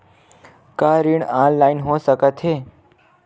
का ऋण ऑनलाइन हो सकत हे?